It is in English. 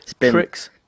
Tricks